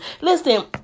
Listen